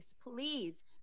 please